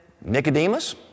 Nicodemus